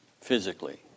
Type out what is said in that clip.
physically